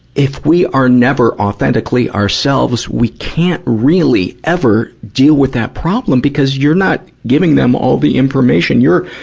if we are never authentically ourselves, we can't really ever deal with that problem, because you're not giving them all the information. you're,